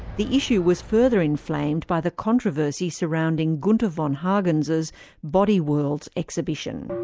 the issue was further inflamed by the controversy surrounding gunther von hagens's body worlds exhibition.